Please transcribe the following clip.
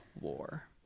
War